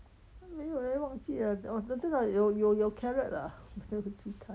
没有 leh 忘记了真的有有有 carrot 的啊我不知道